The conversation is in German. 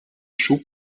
schub